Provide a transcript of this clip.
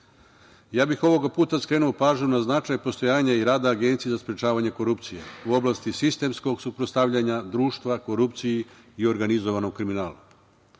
zakone. Ovoga puta bih skrenuo pažnju na značaj postojanja i rada Agencije za sprečavanje korupcije u oblasti sistemskog suprotstavljanja društva korupciji i organizovanom kriminalu.